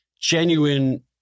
genuine